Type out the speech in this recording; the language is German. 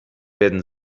werden